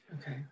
okay